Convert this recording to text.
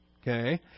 Okay